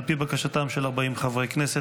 על פי בקשתם של 40 חברי כנסת.